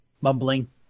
mumbling